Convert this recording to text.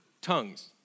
tongues